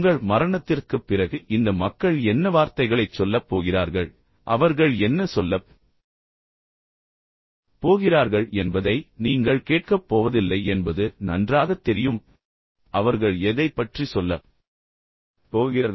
உங்கள் மரணத்திற்குப் பிறகு இந்த மக்கள் என்ன வார்த்தைகளைச் சொல்லப் போகிறார்கள் அவர்கள் என்ன சொல்லப் போகிறார்கள் என்பதை அவர்கள் என்ன சொல்லப் போகிறார்கள் என்பதை நீங்கள் கேட்கப் போவதில்லை என்பது நன்றாகத் தெரியும் ஆனால் அவர்கள் எதைப் பற்றிச் சொல்லப் போகிறார்கள்